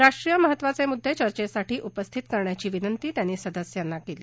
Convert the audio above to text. राष्ट्रीय महत्त्वाचे मुद्दे चर्चेसाठी उपस्थित करण्याची विनंती त्यांनी सदस्यांना केली